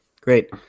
great